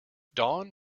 dawn